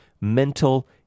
mental